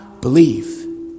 believe